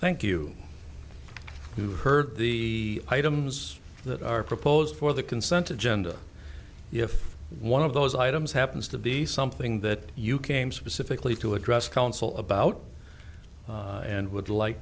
thank you who heard the items that are proposed for the consent agenda if one of those items happens to be something that you came specifically to address council about and would like